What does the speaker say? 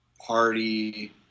party